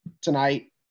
tonight